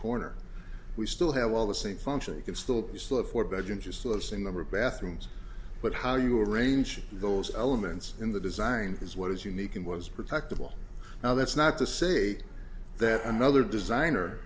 corner we still have all the same function you can still slip four bedrooms useless in the bathrooms but how you arrange those elements in the design is what is unique and was protected well now that's not to say that another designer